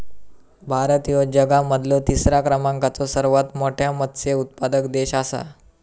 भारत ह्यो जगा मधलो तिसरा क्रमांकाचो सर्वात मोठा मत्स्य उत्पादक देश आसा